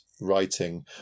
writing